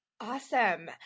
Awesome